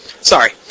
Sorry